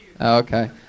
Okay